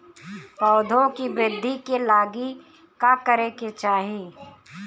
पौधों की वृद्धि के लागी का करे के चाहीं?